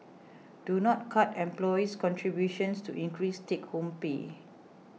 do not cut employee's contributions to increase take home pay